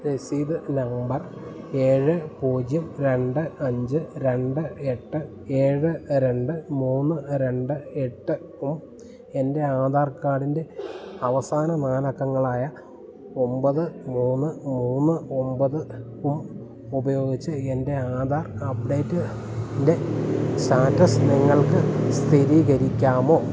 രസീത് നമ്പർ ഏഴ് പൂജ്യം രണ്ട് അഞ്ച് രണ്ട് എട്ട് ഏഴ് രണ്ട് മൂന്ന് രണ്ട് എട്ടും എൻ്റെ ആധാർ കാർഡിൻ്റെ അവസാന നാലക്കങ്ങളായ ഒമ്പത് മൂന്ന് മൂന്ന് ഒമ്പതും ഉപയോഗിച്ച് എൻ്റെ ആധാർ അപ്ഡേറ്റ് ൻ്റെ സ്റ്റാറ്റസ് നിങ്ങൾക്ക് സ്ഥിരീകരിക്കാമോ